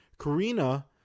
Karina